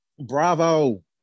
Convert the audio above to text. bravo